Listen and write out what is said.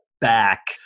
back